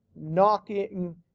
knocking